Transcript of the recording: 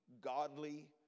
godly